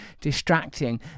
distracting